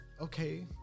okay